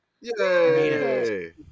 yay